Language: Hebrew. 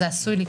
זה עשוי לקרות,